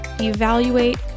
evaluate